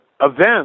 events